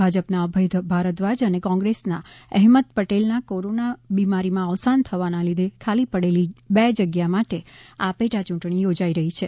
ભાજપના અભય ભારદ્વાજ અને કોંગ્રેસના અહેમદ પટેલના કોરોના બીમારીમાં અવસાન થવાને લીઘે ખાલી પડેલી બે જગ્યા માટે આ પેટા ચૂંટણી યોજાઈ રહી છે